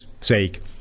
sake